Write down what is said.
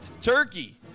turkey